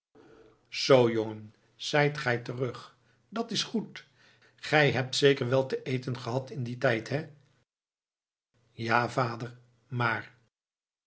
zoo jongen zijt gij terug dat is goed gij hebt zeker wel te eten gehad in dien tijd hè ja vader maar